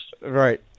Right